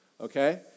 Okay